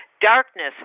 darkness